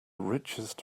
richest